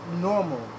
normal